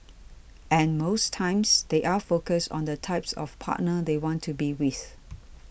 and most times they are focused on the type of partner they want to be with